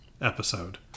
episode